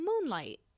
Moonlight